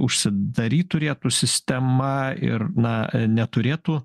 užsidaryt turėtų sistema ir na neturėtų